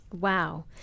Wow